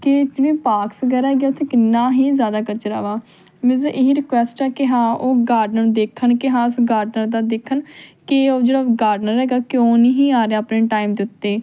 ਕਿ ਜਿਵੇਂ ਪਾਰਕਸ ਵਗੈਰਾ ਹੈਗੇ ਆ ਉੱਥੇ ਕਿੰਨਾ ਹੀ ਜ਼ਿਆਦਾ ਕਚਰਾ ਵਾ ਮੇਰੀ ਇਹੀ ਰਿਕੁਐਸਟ ਆ ਕਿ ਹਾਂ ਉਹ ਗਾਰਡਨਰ ਦੇਖਣ ਕਿ ਹਾਂ ਉਸ ਗਾਰਡਨਰ ਦਾ ਦੇਖਣ ਕਿ ਉਹ ਜਿਹੜਾ ਗਾਰਡਨਰ ਹੈਗਾ ਕਿਉਂ ਨਹੀਂ ਆ ਰਿਹਾ ਆਪਣੇ ਟਾਈਮ ਦੇ ਉੱਤੇ